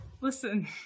Listen